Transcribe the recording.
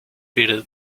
better